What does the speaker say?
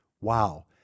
Wow